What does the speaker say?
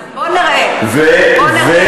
אז בוא נראה, בוא נראה.